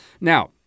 Now